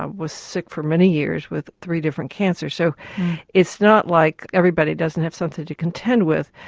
um was sick for many years with three different cancers. so it's not like everybody doesn't have something to contend with,